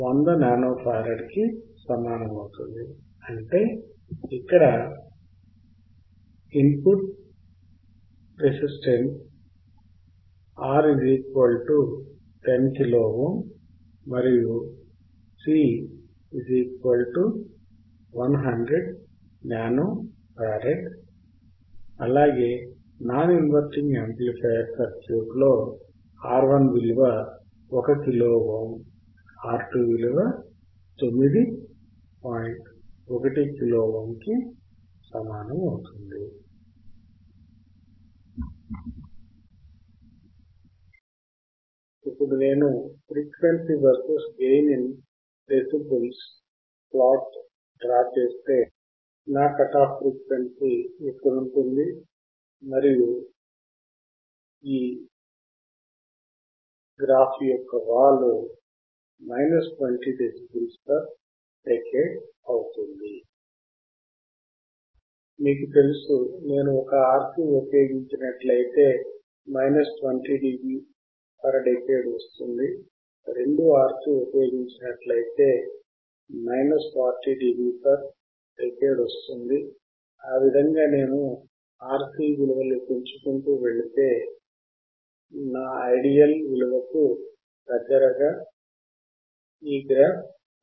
నేను ఒక RC లేదా సింగిల్ పోల్ ఉపయోగిస్తే నాకు 20 dB వాలు ఉంటుంది నేను 2 అనగా డబుల్ పోల్ ఉపయోగిస్తే అప్పుడు వాలు 40 dB అవుతుంది ఈ విధముగా నేను పెంచుకొంటూ వెళితే ఈ ప్రత్యేక వాలు నా ఐడియల్ విలువకు దగ్గరగా ఉంటుంది